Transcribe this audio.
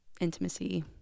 intimacy